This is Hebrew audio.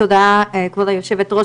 תודה כבוד היו"ר,